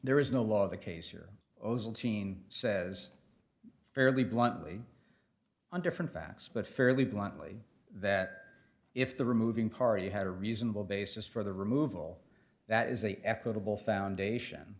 there is no law of the case here ozil teen says fairly bluntly on different facts but fairly bluntly that if the removing party had a reasonable basis for the removal that is a equitable foundation